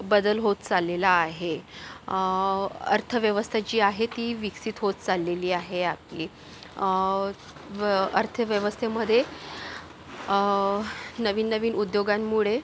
बदल होत चाललेला आहे अर्थव्यवस्था जी आहे ती विकसित होत चाललेली आहे आपली व अर्थव्यवस्थेमध्ये नवीन नवीन उद्योगांमुळे